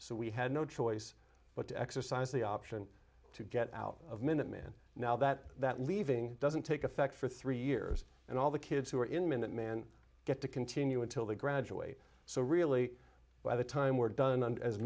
so we had no choice but to exercise the option to get out of minutemen now that that leaving doesn't take effect for three years and all the kids who are in minuteman get to continue until they graduate so really by the time we're done and as